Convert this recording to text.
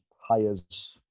hires